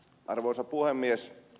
arvoisa puhemies